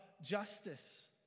justice